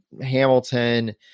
Hamilton